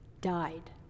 died